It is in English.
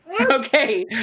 Okay